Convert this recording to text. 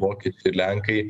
vokiečiai ir lenkai